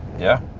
yeah.